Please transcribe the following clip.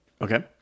Okay